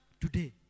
today